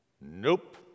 Nope